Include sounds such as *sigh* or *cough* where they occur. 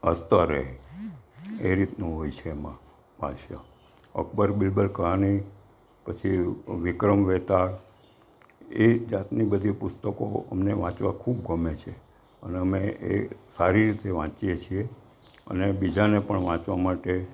હસતો રહે એ રીતનું હોય છે એમાં *unintelligible* અકબર બિરબલ કહાની પછી વિક્રમ વેતાળ એ જાતની બધી પુસ્તકો અમને વાંચવા ખૂબ ગમે છે અને અમે એ સારી રીતે વાંચીએ છીએ અને બીજાને પણ વાંચવા માટે